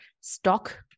stock